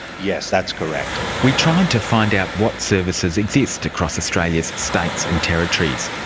yes, that's correct. we tried to find out what services exist across australia's states and territories.